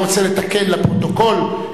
רק לתקן לפרוטוקול,